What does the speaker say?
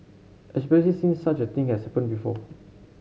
especial since such a thing has happened before